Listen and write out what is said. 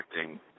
acting –